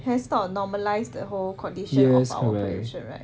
has normalize the whole condition about our pollution right